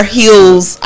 heels